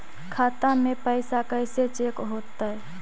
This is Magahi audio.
खाता में पैसा कैसे चेक हो तै?